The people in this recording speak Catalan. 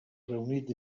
reunit